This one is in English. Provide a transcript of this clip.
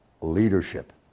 leadership